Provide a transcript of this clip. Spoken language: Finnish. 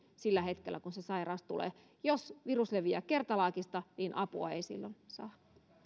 sillä hetkellä kun se sairaus tulee jos virus leviää kertalaakista niin apua ei silloin saa